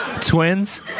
Twins